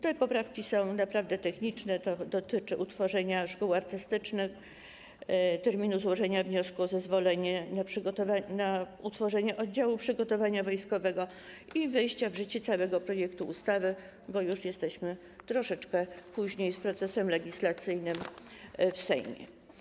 Te poprawki są naprawdę techniczne, to dotyczy utworzenia szkół artystycznych, terminu złożenia wniosku o zezwolenie na utworzenie oddziału przygotowania wojskowego i wejścia w życie całego projektu ustawy, bo już jesteśmy troszeczkę później z procesem legislacyjnym w Sejmie.